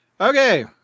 Okay